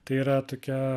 tai yra tokia